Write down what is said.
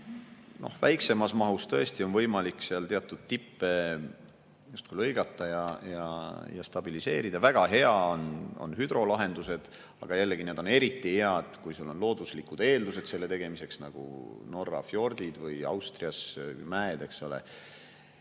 Väiksemas mahus on tõesti võimalik teatud tippe justkui lõigata ja stabiliseerida, väga head on hüdrolahendused, aga jällegi, need on eriti head, kui sul on looduslikud eeldused selle jaoks, nagu Norras fjordid või Austrias mäed.